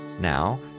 Now